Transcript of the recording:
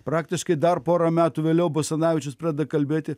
praktiškai dar porą metų vėliau basanavičius pradeda kalbėti